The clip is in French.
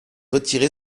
retiré